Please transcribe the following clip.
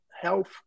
health